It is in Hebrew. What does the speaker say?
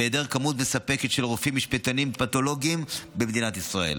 בהיעדר כמות מספקת של רופאים משפטנים פתולוגים במדינת ישראל.